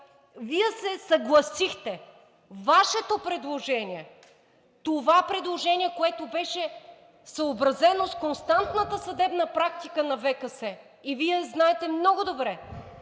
Вие се съгласихте Вашето предложение – това предложение, което беше съобразено с константната съдебна практика на ВКС и Вие знаете много добре,